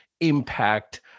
impact